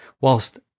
whilst